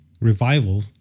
revival